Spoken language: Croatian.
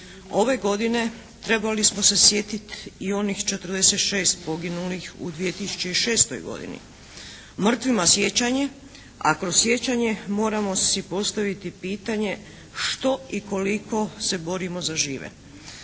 Ove godine trebali smo se sjetiti i onih 46 poginulih u 2006. godini. Mrtvima sjećanje, a kroz sjećanje moramo si postaviti pitanje što i koliko se borimo za žive.